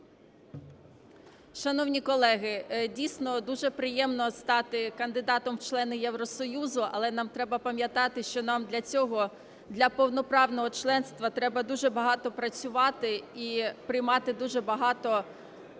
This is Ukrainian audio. Шановні колеги! Дійсно, дуже приємно стати кандидатом в члени Євросоюзу. Але нам треба пам'ятати, що нам для цього, для повноправного членства, треба дуже багато працювати і приймати дуже багато